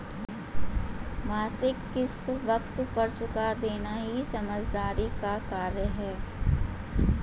मासिक किश्त वक़्त पर चूका देना ही समझदारी का कार्य है